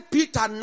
Peter